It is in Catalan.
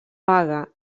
paga